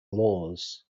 laws